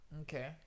Okay